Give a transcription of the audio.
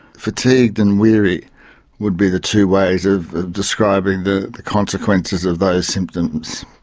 fatigued and weary would be the two ways of describing the the consequences of those symptoms.